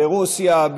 ברוסיה,